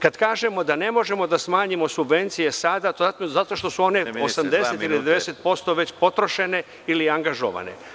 Kad kažemo da ne možemo da smanjimo subvencije sada, to je verovatno zato što su one 80, 90% već potrošene ili angažovane.